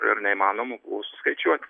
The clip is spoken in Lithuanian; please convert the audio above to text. ir neįmanoma buvo suskaičiuot